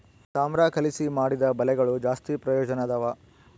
ತಾಮ್ರ ಕಲಿಸಿ ಮಾಡಿದ ಬಲೆಗಳು ಜಾಸ್ತಿ ಪ್ರಯೋಜನದವ